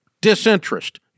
Disinterest